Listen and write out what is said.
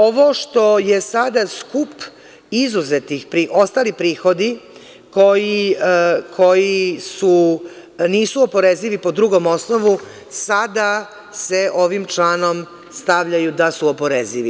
Ovo što je sada skup izuzetih, ostali prihodi, koji nisu oporezivi po drugom osnovu, sada se ovim članom stavljaju da su oporezivi.